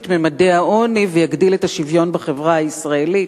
ממדי העוני ויגדיל את השוויון בחברה הישראלית.